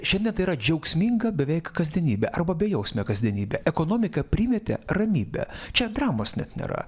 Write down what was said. šiandien tai yra džiaugsminga beveik kasdienybė arba bejausmė kasdienybė ekonomika primetė ramybę čia dramos net nėra